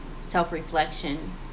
self-reflection